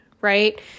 right